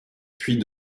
puis